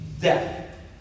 Death